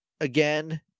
again